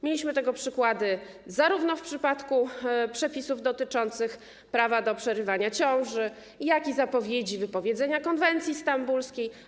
Mieliśmy tego przykłady zarówno w przypadku przepisów dotyczących prawa do przerywania ciąży, jak i zapowiedzi wypowiedzenia konwencji stambulskiej.